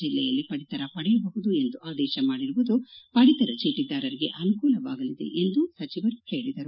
ಜಿಲ್ಲೆಯಲ್ಲಿ ಪಡಿತರ ಪಡೆಯಬಹುದು ಎಂದು ಆದೇಶ ಮಾಡಿರುವುದು ಪಡಿತರ ಚೀಟ ದಾರರಿಗೆ ಅನುಕೂಲವಾಗಲಿದೆ ಎಂದ ಸಚಿವರು ಹೇಳಿದರು